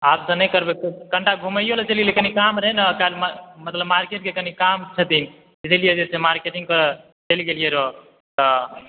आब सॅं नहि करबै कनिटा घूमियो लए चलि गेलियै कनि काम रहै ने मतलब मार्केट के कनि काम छथिन गेलियै र मार्केटिंग करय चलि गेलियै र तऽ